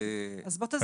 אז בוא תסביר.